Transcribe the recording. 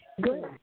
Good